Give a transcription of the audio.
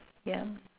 yeah